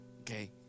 okay